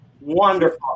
Wonderful